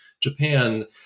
Japan